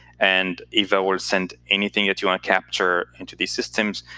and eva will send anything that you want capture into these systems,